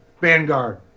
Vanguard